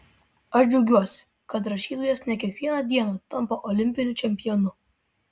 aš džiaugiuosi kad rašytojas ne kiekvieną dieną tampa olimpiniu čempionu